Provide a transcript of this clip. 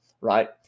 right